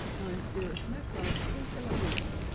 i'm irris makler in tel aviv.